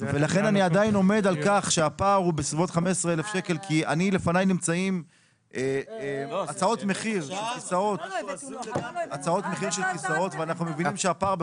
ולכן אני עדיין עומד על כך שהפער הוא בסביבות 15,000. לפניי נמצאים הצעות מחיר של כיסאות ואנחנו מבינים שהפער הוא